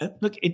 look